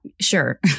Sure